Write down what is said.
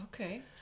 Okay